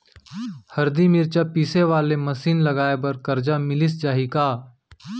हरदी, मिरचा पीसे वाले मशीन लगाए बर करजा मिलिस जाही का?